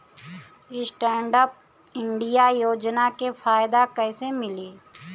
Stand up India योजना के फायदा कैसे मिली?